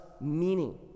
meaning